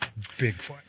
Bigfoot